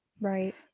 Right